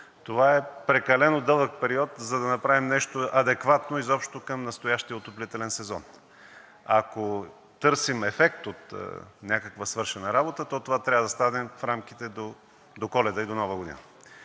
Това е прекалено дълъг период, за да направим нещо адекватно изобщо към настоящия отоплителен сезон. Ако търсим ефект от някаква свършена работа, то това трябва да стане в рамките до Коледа и до Нова година,